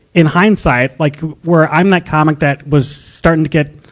in hindsight, like, where i'm that comic that was starting to get,